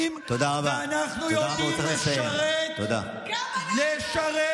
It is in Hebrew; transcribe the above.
לעשרות אלפי צעירים שצריכים להתייצב